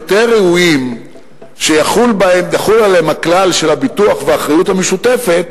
יותר ראויים שיחול עליהם הכלל של הביטוח והאחריות המשותפת